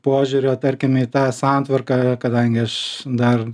požiūrio tarkim į tą santvarką kadangi aš dar